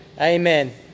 Amen